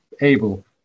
able